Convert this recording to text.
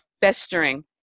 festering